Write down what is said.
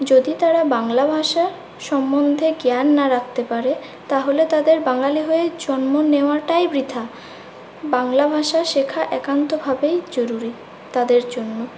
যদি তারা বাংলা ভাষা সম্বন্ধে জ্ঞান না রাখতে পারে তাহলে তাদের বাঙালি হয়ে জন্ম নেওয়াটাই বৃথা বাংলাভাষা শেখা একান্তভাবেই জরুরি তাদের জন্য